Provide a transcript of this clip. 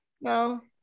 No